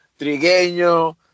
trigueño